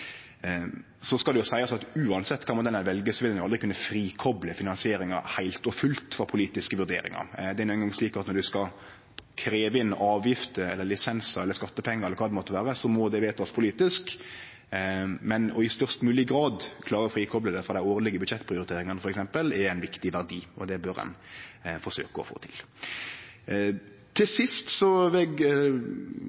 uansett kva ein vel, vil ein aldri kunne frikople finansieringa heilt og fullt frå politiske vurderingar. Det er no eingong slik at når ein skal krevje inn avgifter, lisensar, skattepengar eller kva det måtte vere, må det vedtakast politisk, og ein må i størst mogleg grad klare å frikople det frå dei årlege budsjettprioriteringane, f.eks. Det er ein viktig verdi, og det bør ein forsøkje å få til. Til